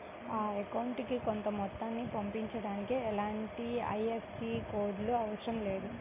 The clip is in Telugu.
అకౌంటుకి కొంత మొత్తాన్ని పంపించడానికి ఎలాంటి ఐఎఫ్ఎస్సి కోడ్ లు అవసరం లేదు